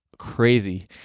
crazy